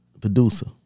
producer